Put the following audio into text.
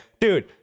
Dude